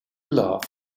loved